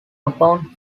upon